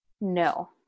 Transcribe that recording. no